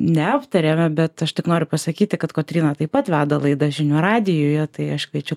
neaptarėme bet aš tik noriu pasakyti kad kotryna taip pat veda laidą žinių radijuje tai aš kviečiu